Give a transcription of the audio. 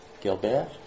Gilbert